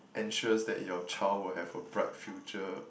ensures that your child will have a bright future